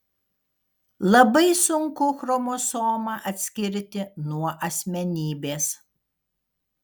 labai sunku chromosomą atskirti nuo asmenybės